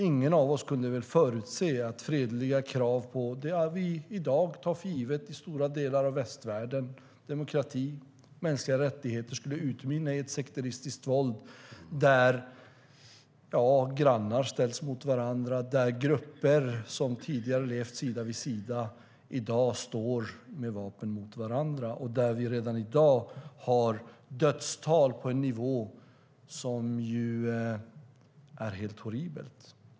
Ingen av oss kunde väl förutse att fredliga krav på det som vi i stora delar av västvärlden tar för givet - demokrati och mänskliga rättigheter - skulle utmynna i ett sekteristiskt våld där grannar ställs mot varandra och där grupper som tidigare levt sida vid sida i dag står med vapen mot varandra. Redan i dag har vi dödstal på en nivå som är helt horribel.